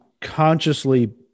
consciously